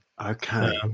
Okay